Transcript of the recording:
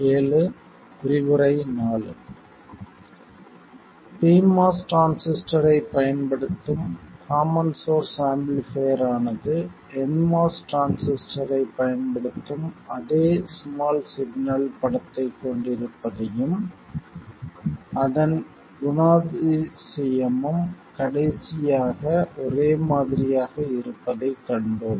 pMOS டிரான்சிஸ்டரைப் பயன்படுத்தும் common source amplifier ஆனது nMOS டிரான்சிஸ்டரைப் பயன்படுத்தும் அதே ஸ்மால் சிக்னல் படத்தைக் கொண்டிருப்பதையும் அதன் குணாதிசயமும் கடைசியாக ஒரே மாதிரியாக இருப்பதைக் கண்டோம்